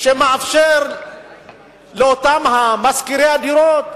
שלא מאפשר לאותם משכירי דירות